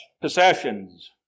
Possessions